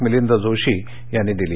मिलिंद जोशी यांनी दिली